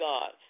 God